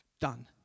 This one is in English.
Done